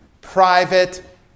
private